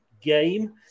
game